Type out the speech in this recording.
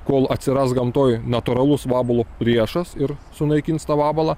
kol atsiras gamtoj natūralus vabalo priešas ir sunaikins tą vabalą